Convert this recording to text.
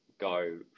go